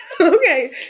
okay